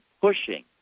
pushing